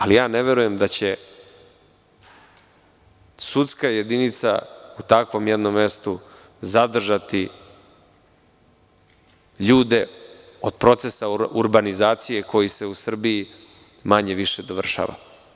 Ali, ja ne verujem da će sudska jedinica u takvom jednom mestu zadržati ljude od procesa urbanizacije koji se u Srbiji manje-više završava.